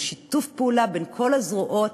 של שיתוף פעולה בין כל הזרועות: